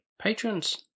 patrons